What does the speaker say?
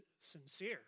sincere